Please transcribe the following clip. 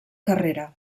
carrera